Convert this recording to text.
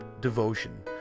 devotion